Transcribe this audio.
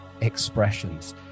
expressions